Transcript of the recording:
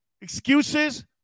Excuses